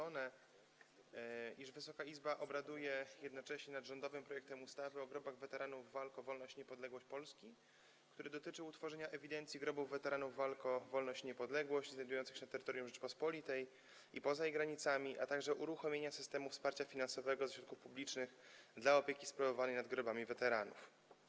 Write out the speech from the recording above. Warto podkreślić - tak jak tu zauważono - iż Wysoka Izba obraduje jednocześnie nad rządowym projektem ustawy o grobach weteranów walk o wolność i niepodległość Polski, który dotyczy utworzenia ewidencji grobów weteranów walk o wolność i niepodległość znajdujących się na terytorium Rzeczypospolitej i poza jej granicami, a także uruchomienia systemów wsparcia finansowego ze środków publicznych na rzecz opieki sprawowanej nad grobami weteranów.